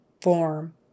form